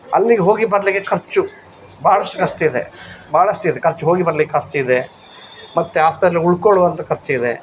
ಅಲ್ಲಿಗೆ ಹೋಗಿ ಬರಲಿಕ್ಕೆ ಖರ್ಚು ಭಾಳಷ್ಟು ಕಷ್ಟಯಿದೆ ಭಾಳಷ್ಟು ಇದೆ ಖರ್ಚು ಹೋಗಿ ಬರ್ಲಿಕ್ಕೆ ಖರ್ಚು ಇದೆ ಮತ್ತು ಆಸ್ಪೆಟ್ಲಗೆ ಉಳಕೊಳ್ಳುವಂಥ ಖರ್ಚು ಇದೆ